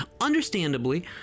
Understandably